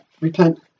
Repent